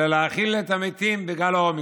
אלא להכיל את המתים בגל האומיקרון.